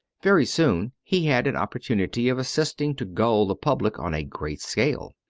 very soon he had an opportunity of assisting to gull the public on a great scale.